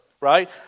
Right